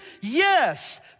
Yes